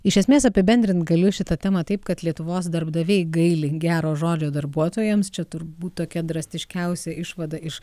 iš esmės apibendrint galiu šitą temą taip kad lietuvos darbdaviai gaili gero žodžio darbuotojams čia turbūt tokia drastiškiausia išvada iš